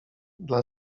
dla